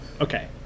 Okay